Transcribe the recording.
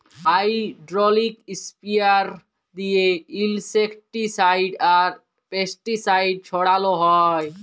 hydraulic sprayer দিঁয়ে insecticide আর pesticide ছড়াল হ্যয়